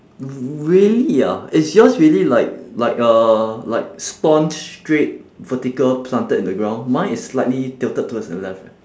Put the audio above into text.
really ah is yours really like like uh like staunch straight vertical planted in the ground mine is slightly tilted towards the left eh